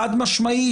חד-משמעית,